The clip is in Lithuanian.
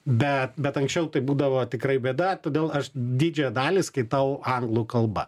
bet bet anksčiau tai būdavo tikrai bėda todėl aš didžiąją dalį skaitau anglų kalba